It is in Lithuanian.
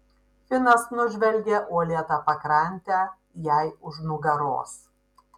finas nužvelgė uolėtą pakrantę jai už nugaros